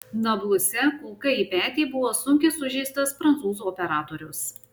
nabluse kulka į petį buvo sunkiai sužeistas prancūzų operatorius